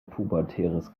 pubertäres